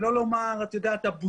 שלא לומר הבושה,